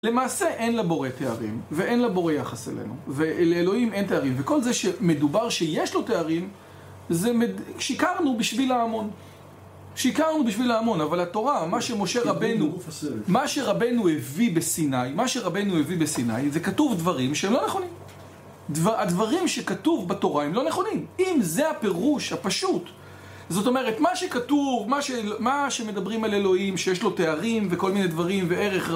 למעשה אין לבורא תארים ואין לבורא יחס אלינו ואלוהים אין תארים וכל זה שמדובר שיש לו תארים זה שיקרנו בשביל ההמון שיקרנו בשביל ההמון אבל התורה מה שמשה רבנו מה שרבנו הביא בסיני מה שרבנו הביא בסיני זה כתוב דברים שהם לא נכונים הדברים שכתוב בתורה הם לא נכונים אם זה הפירוש הפשוט זאת אומרת מה שכתוב מה שמדברים על אלוהים שיש לו תארים וכל מיני דברים וערך...